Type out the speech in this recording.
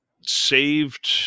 saved